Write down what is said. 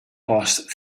passed